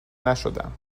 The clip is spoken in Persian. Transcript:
نشدم